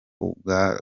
ubwa